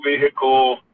vehicle